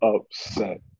upset